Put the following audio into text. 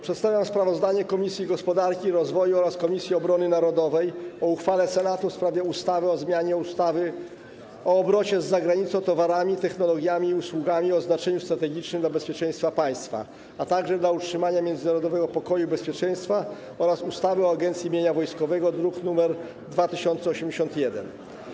Przedstawiam sprawozdanie Komisji Gospodarki i Rozwoju oraz Komisji Obrony Narodowej o uchwale Senatu w sprawie ustawy o zmianie ustawy o obrocie z zagranicą towarami, technologiami i usługami o znaczeniu strategicznym dla bezpieczeństwa państwa, a także dla utrzymania międzynarodowego pokoju i bezpieczeństwa oraz ustawy o Agencji Mienia Wojskowego, druk nr 2081.